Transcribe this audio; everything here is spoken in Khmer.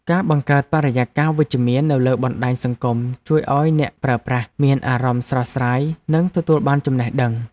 ការបង្កើតបរិយាកាសវិជ្ជមាននៅលើបណ្តាញសង្គមជួយឱ្យអ្នកប្រើប្រាស់មានអារម្មណ៍ស្រស់ស្រាយនិងទទួលបានចំណេះដឹង។